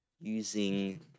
using